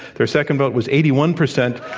their second vote was eighty one percent.